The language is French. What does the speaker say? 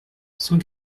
cent